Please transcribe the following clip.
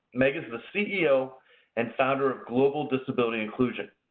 meg is the ceo and founder of global disability inclusion.